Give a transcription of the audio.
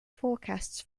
forecasts